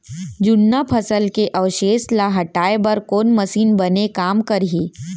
जुन्ना फसल के अवशेष ला हटाए बर कोन मशीन बने काम करही?